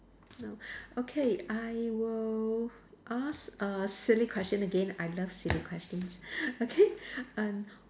no okay I will ask a silly question again I love silly question okay and